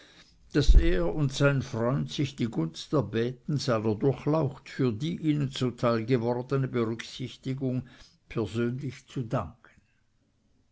daß er und sein freund sich die gunst erbäten seiner durchlaucht für die ihnen zuteil gewordene berücksichtigung persönlich zu danken